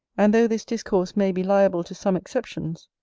and though this discourse may be liable to some exceptions,